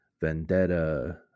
Vendetta